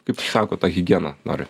kaip sako tą higieną nori